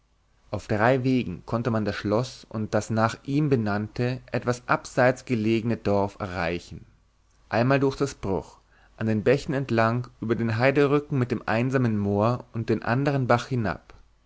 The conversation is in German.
auf drei wegen konnte man das schloß und das nach ihm benannte etwas abseits gelegene dorf erreichen einmal durch das bruch an den bächen entlang über den heiderücken mit dem einsamen moor und den anderen bach hinab